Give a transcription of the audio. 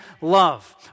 love